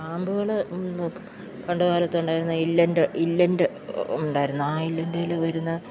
സ്റ്റാമ്പുകൾ പണ്ട് കാലത്തുണ്ടായിരുന്ന ഇല്ലൻറ്റ് ഇല്ലൻറ്റ് ഉണ്ടായിരുന്നു ആ ഇല്ലൻ്റിൽ വരുന്ന